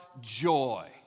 joy